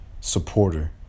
supporter